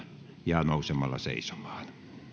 ja nousemalla seisomaan